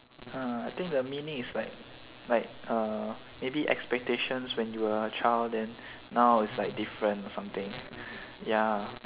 uh I think the meaning is like like err maybe expectations when you were a child then now is like different or something ya